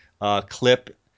clip